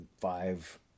five